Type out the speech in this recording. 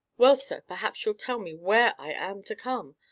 well, sir, perhaps you'll tell me where i am to come,